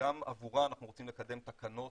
שגם עבורה אנחנו רוצים לקדם תקנות,